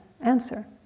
answer